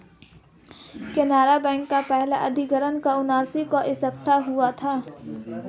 Canara bank का पहला अधिग्रहण उन्नीस सौ इकसठ में हुआ था